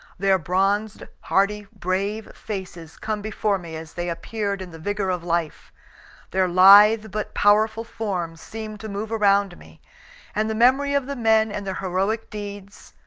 their bronzed, hardy, brave faces come before me as they appeared in the vigor of life their lithe but powerful forms seem to move around me and the memory of the men and their heroic deeds,